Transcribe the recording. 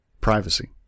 privacy